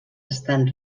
estan